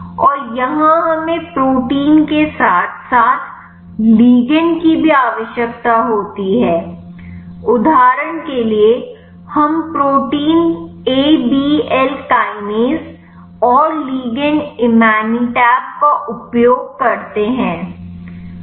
और यहां हमें प्रोटीन के साथ साथ लिगंड की भी आवश्यकता होती है उदाहरण के लिए हम protein A B L kinase और लिगैंड इमातिनब का उपयोग करते हैं